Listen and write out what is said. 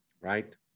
right